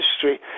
history